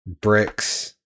Brick's